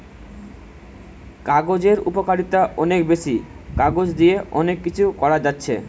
কাগজের উপকারিতা অনেক বেশি, কাগজ দিয়ে অনেক কিছু করা যাচ্ছে